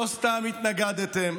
לא סתם התנגדתם.